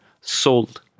sold